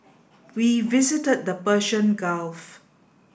we visited the Persian Gulf